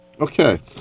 Okay